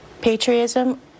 patriotism